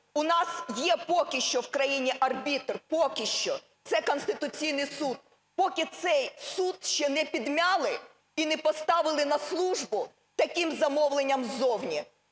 У нас є поки що в країні арбітр, поки що, це Конституційний Суд. Поки цей суд ще не підмяли і не поставили на службу таким замовленням ззовні.